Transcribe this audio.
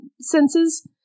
senses